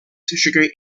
sugar